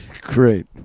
Great